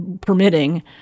permitting